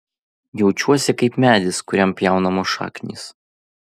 jaučiuosi kaip medis kuriam pjaunamos šaknys